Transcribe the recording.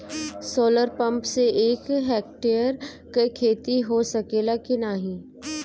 Solar pump से एक hectare क खेती हो सकेला की नाहीं?